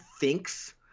thinks